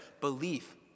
Belief